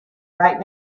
right